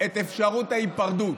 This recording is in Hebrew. את אפשרות ההיפרדות.